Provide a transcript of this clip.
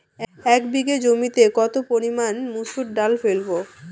এক বিঘে জমিতে কত পরিমান মুসুর ডাল ফেলবো?